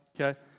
Okay